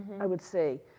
i would say,